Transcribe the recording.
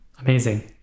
Amazing